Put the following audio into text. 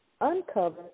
uncover